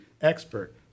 expert